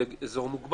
אחר, באזור מוגבל.